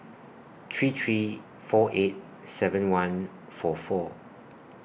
three three four eight seven one four four